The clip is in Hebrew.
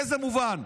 באיזה מובן?